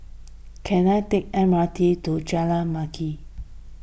can I take M R T to Jalan Mendaki